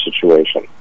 situation